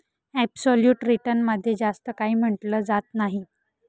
absolute return मध्ये जास्त काही म्हटलं जात नाही